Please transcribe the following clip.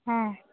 ହଁ